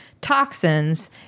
toxins